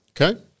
Okay